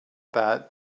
that